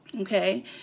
okay